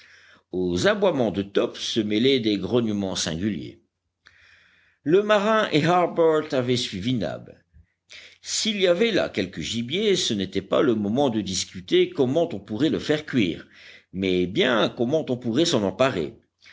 aux aboiements de top se mêlaient des grognements singuliers le marin et harbert avaient suivi nab s'il y avait là quelque gibier ce n'était pas le moment de discuter comment on pourrait le faire cuire mais bien comment on pourrait s'en emparer